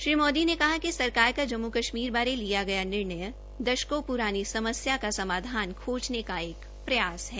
श्री मोदी ने कहा कि सरकार का जम्मू कश्मीर बारे लिया गया निर्णय दशकों पुरानी समस्या का समाधान खोजने का एक प्रयास है